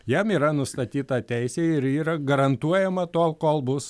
jam yra nustatyta teisė ir yra garantuojama tol kol bus